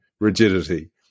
rigidity